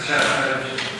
נמשיך?